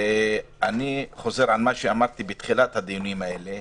אני חוזר על מה שאמרתי בתחילת הדיונים האלה.